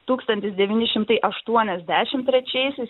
tūkstantis devyni šimtai aštuoniasdešim trečiaisiais